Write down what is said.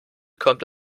kommt